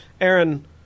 Aaron